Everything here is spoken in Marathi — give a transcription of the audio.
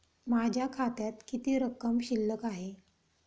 माझ्या खात्यात किती रक्कम शिल्लक आहे?